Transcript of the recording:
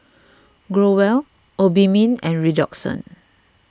Growell Obimin and Redoxon